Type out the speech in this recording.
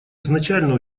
изначально